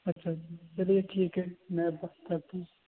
اچھا چلیے ٹھیک ہے میں بس ابھی